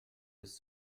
des